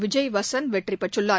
விஜய் வசந்த் வெற்றி பெற்றுள்ளார்